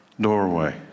doorway